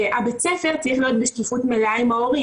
והבית ספר צריך להיות בשקיפות מלאה עם ההורים,